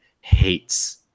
hates